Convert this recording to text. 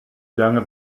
lange